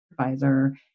advisor